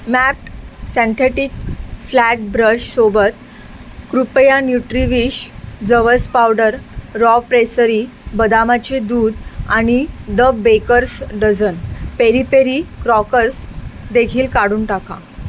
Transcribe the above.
Maped synthetic flat ब्रशसोबत कृपया Nutriwish जवस पावडर रॉ प्रेसरी बदामाचे दूध आणि the baker's dozen peri peri crackers देखील काढून टाका